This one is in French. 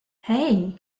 hey